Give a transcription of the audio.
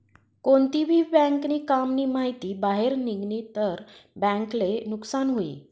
कोणती भी बँक नी काम नी माहिती बाहेर निगनी तर बँक ले नुकसान हुई